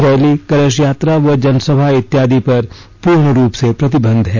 rally कलश यात्रा व जनसभा इत्यादि पर पूर्ण रूप से प्रतिबंध है